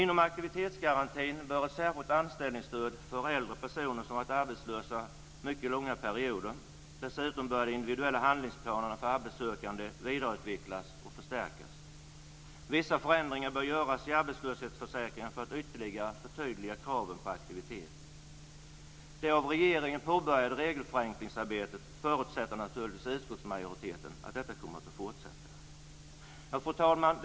Inom aktivitetsgarantin bör ett särskilt stöd införas för äldre personer som har varit arbetslösa i mycket långa perioder. Dessutom bör de individuella handlingsplanerna för arbetssökande vidareutvecklas och förstärkas. Vissa förändringar bör göras i arbetslöshetsförsäkringen för att ytterligare förtydliga kraven på aktivitet. Utskottsmajoriteten förutsätter att det av regeringen påbörjade regelförändringsarbetet fortsätter. Fru talman!